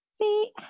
See